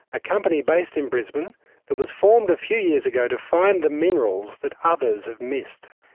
a company based in brisbane that was formed a few years ago to find the minerals that others have missed.